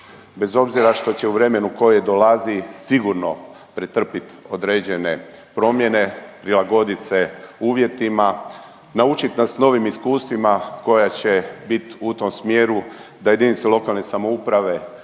bez obzira što će u vremenu koje dolazi sigurno pretrpit određene promjene, prilagodit se uvjetima, naučit nas novim iskustvima koja će bit u tom smjeru da jedinice lokalne samouprave